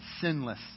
sinless